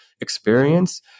experience